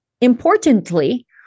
importantly